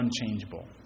unchangeable